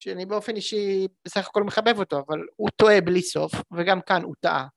שאני באופן אישי בסך הכל מחבב אותו אבל הוא טועה בלי סוף וגם כאן הוא טעה